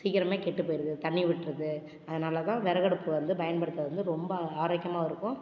சீக்கிரமே கெட்டுப் போயிருது தண்ணி விட்டுருது அதனால் தான் விறகடுப்பு வந்து பயன்படுத்துகிறது வந்து ரொம்ப ஆரோக்கியமாகவும் இருக்கும்